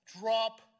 drop